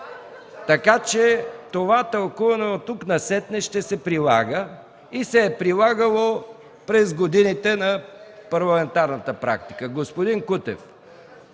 Така че това тълкуване от тук насетне ще се прилага и се е прилагало през годините на парламентарната практика. (Народният